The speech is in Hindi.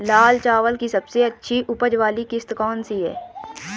लाल चावल की सबसे अच्छी उपज वाली किश्त कौन सी है?